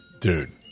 Dude